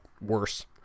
worse